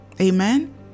amen